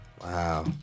Wow